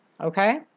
Okay